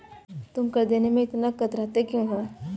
तुम कर देने में इतना कतराते क्यूँ हो?